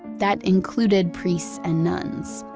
that included priests and nuns.